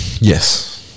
yes